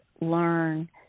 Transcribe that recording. learn